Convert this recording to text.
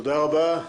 תודה רבה.